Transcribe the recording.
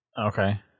Okay